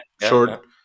short